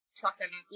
trucking